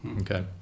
okay